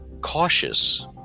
cautious